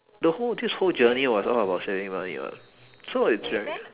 the whole this whole journey was all about saving money [what] so it's very